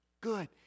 good